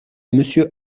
monsieur